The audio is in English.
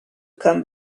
come